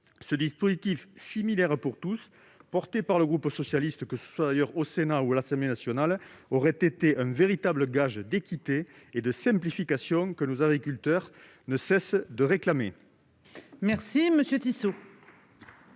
Ce dispositif similaire pour tous, soutenu par le groupe socialiste du Sénat comme par celui de l'Assemblée nationale, aurait été le véritable gage d'équité et de simplification que nos agriculteurs ne cessent de réclamer.